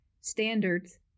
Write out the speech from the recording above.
standards